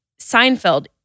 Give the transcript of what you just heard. Seinfeld